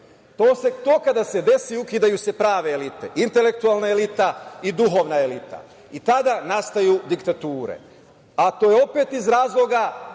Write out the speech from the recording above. To kada se desi ukidaju se prave elite, intelektualna elita i duhovna elita i tada nastaju diktature, a to je opet iz razloga